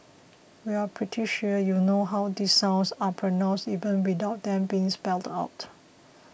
we are pretty sure you know how these sounds are pronounced even without them being spelled out